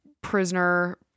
prisoner